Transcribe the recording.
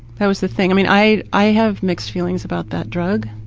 that was the thing. i mean i i have mixed feelings about that drug